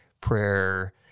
prayer